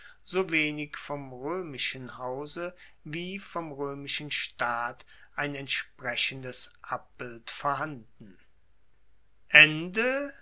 so wenig vom roemischen hause wie vom roemischen staat ein entsprechendes abbild vorhanden